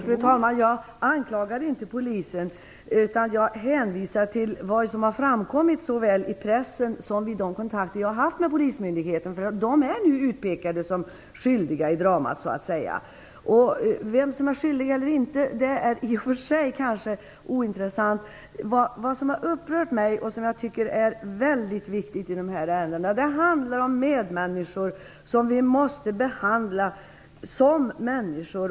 Fru talman! Jag anklagar inte polisen, utan jag hänvisar till vad som har framkommit såväl i pressen som vid de kontakter jag har haft med polismyndigheten. De är nu utpekade som skyldiga i dramat. Vem som är skyldig och inte är i och för sig kanske ointressant. Vad som har upprört mig och som jag tycker är väldigt viktigt i de här ärendena är att det handlar om medmänniskor, som vi måste behandla som människor.